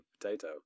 Potato